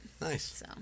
Nice